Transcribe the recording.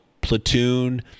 Platoon